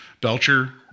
Belcher